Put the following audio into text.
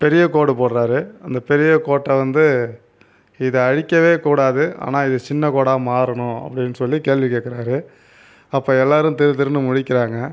பெரிய கோடு போடுகிறாரு அந்த பெரிய கோட்டை வந்து இதை அழிக்கவே கூடாது ஆனால் இது சின்னக் கோடாக மாறணும் அப்படின்னு சொல்லி கேள்வி கேட்குறாரு அப்போ எல்லோரும் திரு திருன்னு முழிக்கிறாங்க